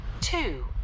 two